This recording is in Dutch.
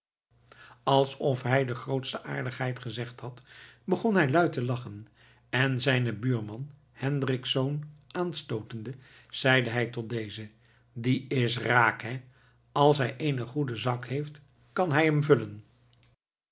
alsof hij de grootste aardigheid gezegd had begon hij luid te lachen en zijnen buurman hendricksz aanstootende zeide hij tot dezen die is raak hé als hij eenen goeden zak heeft kan hij hem vullen